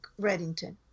Reddington